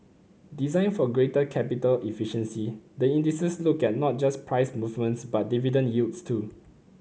designed for greater capital efficiency the indices look at not just price movements but dividend yields too